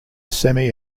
semi